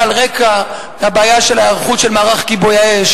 רקע הבעיה של ההיערכות של מערך כיבוי האש,